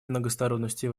многосторонности